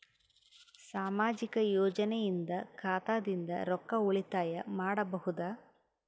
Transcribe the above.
ಸಾಮಾಜಿಕ ಯೋಜನೆಯಿಂದ ಖಾತಾದಿಂದ ರೊಕ್ಕ ಉಳಿತಾಯ ಮಾಡಬಹುದ?